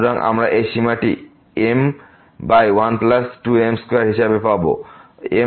সুতরাং আমরা এই সীমাটি m12m2 হিসাবে পাবো